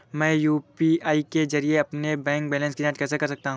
मैं यू.पी.आई के जरिए अपने बैंक बैलेंस की जाँच कैसे कर सकता हूँ?